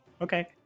Okay